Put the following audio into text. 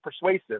persuasive